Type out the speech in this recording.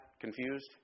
Confused